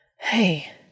hey